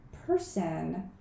person